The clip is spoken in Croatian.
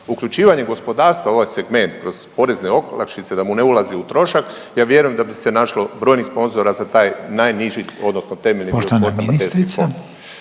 Uključivanjem gospodarstva u ovaj segment kroz porezne olakšice da mu ne ulazi u trošak ja vjerujem da bi se našlo brojnih sponzora za taj najniži …/Govornik se ne razumije/….